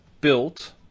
built